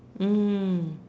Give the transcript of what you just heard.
mm